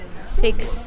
six